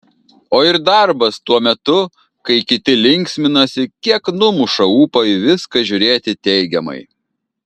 o ir darbas tuo metu kai kiti linksminasi kiek numuša ūpą į viską žiūrėti teigiamai